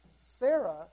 Sarah